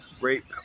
rape